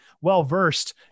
well-versed